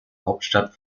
hauptstadt